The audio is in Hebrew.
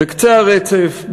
בקצה הרצף,